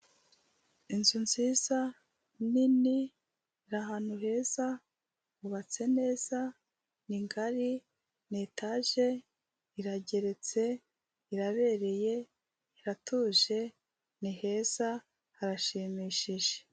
Inzu nziza nini iri ahantu heza, yubatse neza, ni ngari, ni etaje, irageretse, irabereye iratuje ni heza harashimishije.